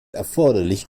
erforderlich